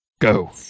go